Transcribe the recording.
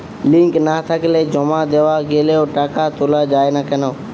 Link না থাকলে জমা দেওয়া গেলেও টাকা তোলা য়ায় না কেন?